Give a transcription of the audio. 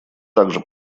также